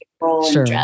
sure